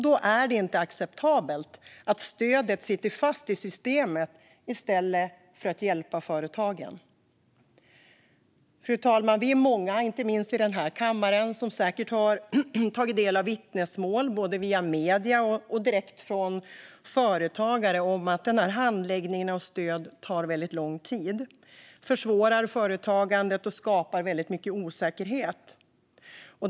Då är det inte acceptabelt att stödet sitter fast i systemet i stället för att hjälpa företagen. Fru talman! Vi är många, inte minst i denna kammare, som har tagit del av vittnesmål både via medierna och direkt från företagare om att handläggningen av stöd tar lång tid, försvårar företagandet och skapar osäkerhet.